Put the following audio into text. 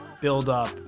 build-up